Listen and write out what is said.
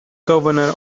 governor